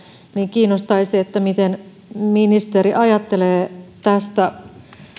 kiinnostaisi kuulla miten ministeri ajattelee tästä